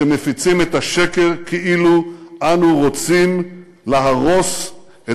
שמפיצים את השקר כאילו אנו רוצים להרוס את